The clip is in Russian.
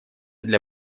для